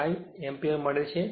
5 ampere મળે છે